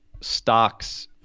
stocks